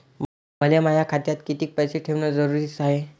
मले माया खात्यात कितीक पैसे ठेवण जरुरीच हाय?